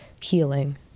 healing